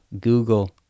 Google